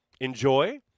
Enjoy